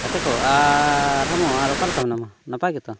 ᱜᱟᱛᱮ ᱠᱚ ᱟᱻᱨ ᱨᱟᱢᱚ ᱚᱠᱟᱞᱮᱠᱟ ᱢᱮᱱᱟᱜ ᱱᱟᱯᱟᱭ ᱜᱮᱛᱚ